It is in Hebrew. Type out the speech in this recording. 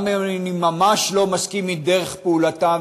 גם אם אני ממש לא מסכים עם דרך פעולתם,